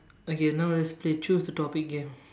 okay now let's play choose the topic game